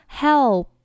help